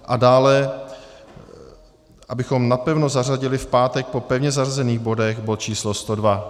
A dále abychom napevno zařadili v pátek po pevně zařazených bodech bod číslo 102.